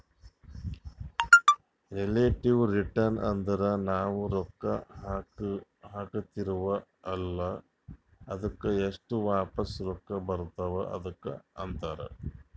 relative return ಅಂದುರ್ ನಾವು ರೊಕ್ಕಾ ಹಾಕಿರ್ತಿವ ಅಲ್ಲಾ ಅದ್ದುಕ್ ಎಸ್ಟ್ ವಾಪಸ್ ರೊಕ್ಕಾ ಬರ್ತಾವ್ ಅದುಕ್ಕ ಅಂತಾರ್